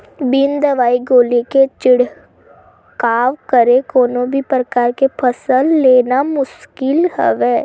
बिन दवई गोली के छिड़काव करे कोनो भी परकार के फसल लेना मुसकिल हवय